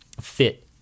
fit